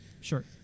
Sure